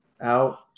out